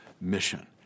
mission